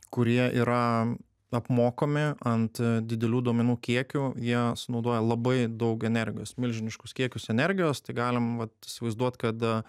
kurie yra apmokomi ant didelių duomenų kiekių jie sunaudoja labai daug energijos milžiniškus kiekius energijos tai galim va įsivaizduot kada